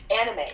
anime